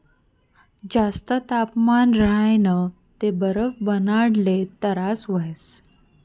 जास्त तापमान राह्यनं ते बरफ बनाडाले तरास व्हस